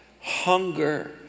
Hunger